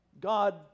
God